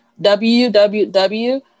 www